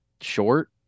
short